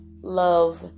love